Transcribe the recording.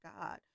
God